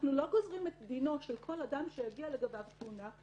אנחנו לא גוזרים את דינו של כל אדם שהגיעה לגביו תלונה,